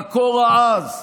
בקור העז.